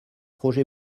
roger